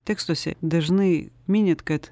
tekstuose dažnai minit kad